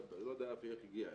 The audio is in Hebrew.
לא יודע איך הגיע אלי,